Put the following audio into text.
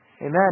Amen